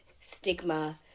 stigma